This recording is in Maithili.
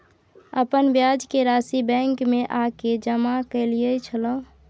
अपन ब्याज के राशि बैंक में आ के जमा कैलियै छलौं?